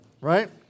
right